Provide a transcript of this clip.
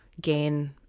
gain